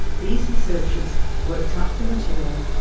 these researchers worked up the material,